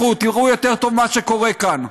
לכו, תראו יותר טוב מה שקורה כאן.